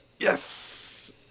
Yes